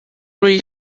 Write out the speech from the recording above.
rhy